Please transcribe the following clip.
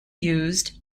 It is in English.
used